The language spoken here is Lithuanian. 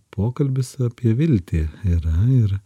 pokalbis apie viltį yra ir